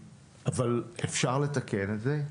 אפשר לתקן את זה.